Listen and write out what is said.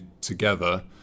together